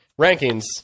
rankings